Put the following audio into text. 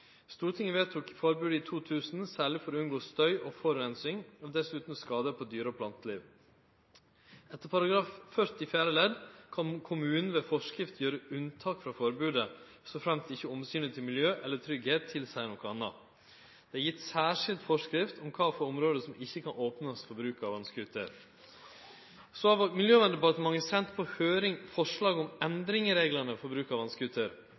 Stortinget vedtok forbodet i 2000, særleg for å unngå støy og forureining og dessutan skadar på dyre- og planteliv. Etter § 40 fjerde ledd kan kommunen ved forskrift gjere unntak frå forbodet så framt ikkje omsynet til miljø eller tryggleik tilseier noko anna. Det er gitt særskilt forskrift om kva for område som ikkje kan opnast for bruk av vasscooter. Miljøverndepartementet har sendt på høyring forslag om endring i reglane for bruk av